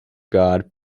god